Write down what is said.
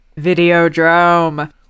Videodrome